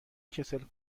کسل